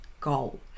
goal